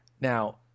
Now